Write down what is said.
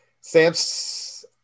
Sam's